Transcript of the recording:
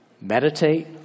meditate